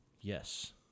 Yes